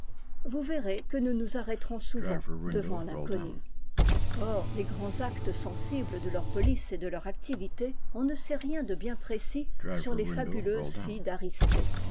vous verrez que nous nous arrêterons souvent devant l'inconnu hors les grands actes sensibles de leur police et de leur activité on ne sait rien de bien précis sur les fabuleuses